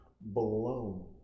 blown